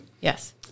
Yes